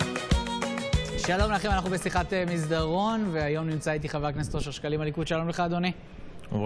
בשעה 18:44 ונתחדשה בשעה 19:54.)